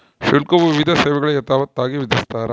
ಶುಲ್ಕವು ವಿವಿಧ ಸೇವೆಗಳಿಗೆ ಯಥಾವತ್ತಾಗಿ ವಿಧಿಸ್ತಾರ